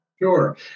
Sure